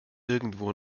irgendwo